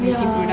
ya